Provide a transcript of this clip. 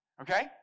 Okay